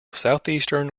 southeastern